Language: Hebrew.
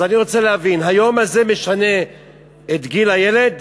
אז אני רוצה להבין, היום הזה משנה את גיל הילד?